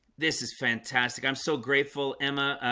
this is fantastic. i'm so grateful. emma. ah,